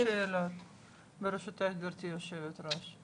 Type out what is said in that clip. כן, יש לי כמה שאלות, ברשותך, גברתי היושבת ראש.